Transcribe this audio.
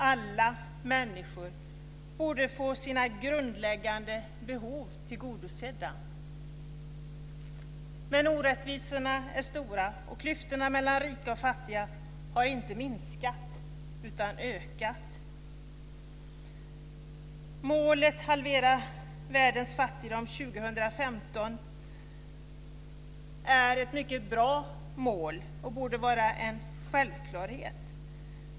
Alla människor borde få sina grundläggande behov tillgodosedda. Men orättvisorna är stora, och klyftorna mellan rika och fattiga har inte minskat utan ökat. Målet att halvera världens fattigdom till år 2015 är ett mycket bra mål och borde vara en självklarhet.